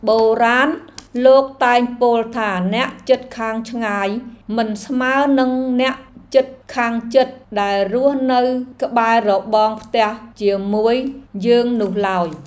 បុរាណលោកតែងពោលថាអ្នកជិតខាងឆ្ងាយមិនស្មើនឹងអ្នកជិតខាងជិតដែលរស់នៅក្បែររបងផ្ទះជាមួយយើងនោះឡើយ។